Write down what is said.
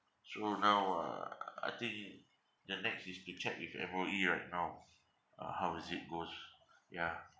so now uh I think the next is to check with M_O_E right now uh how is it goes ya